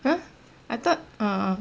!huh! I thought uh uh